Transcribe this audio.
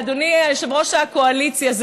אדוני יושב-ראש הקואליציה,